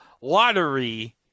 lottery